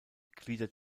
gliedert